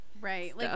Right